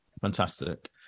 Fantastic